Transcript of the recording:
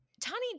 Tani